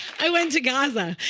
i went to gaza.